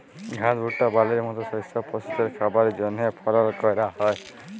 ঘাস, ভুট্টা, বার্লির মত শস্য পশুদের খাবারের জন্হে ফলল ক্যরা হ্যয়